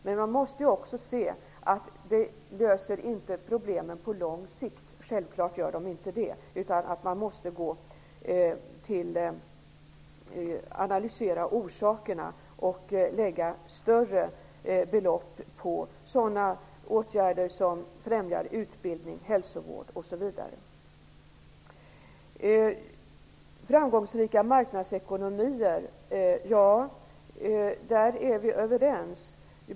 Men man måste också se att katastrofbiståndet inte löser problemen på lång sikt. Det är självklart att det inte gör det. Man måste analysera orsakerna och fördela större belopp på sådana åtgärder som främjar utbildning, hälsovård osv. Beträffande framgångsrika marknadsekonomier är vi överens.